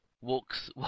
Walks